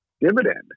dividend